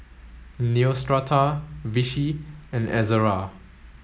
Neostrata Vichy and Ezerra